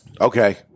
Okay